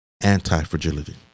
anti-fragility